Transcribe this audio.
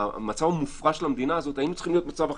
היינו צריכים להיות במצב אחר,